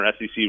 SEC